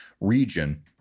region